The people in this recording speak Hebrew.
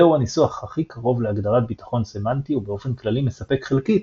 זהו הניסוח הכי קרוב להגדרת ביטחון סמנטי ובאופן כללי מספק חלקית,